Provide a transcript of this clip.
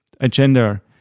agenda